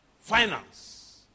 finance